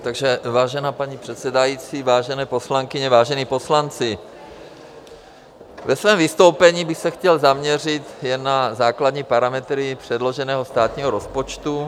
Takže vážená paní předsedající, vážené poslankyně, vážení poslanci, ve svém vystoupení bych se chtěl zaměřit jen na základní parametry předloženého státního rozpočtu.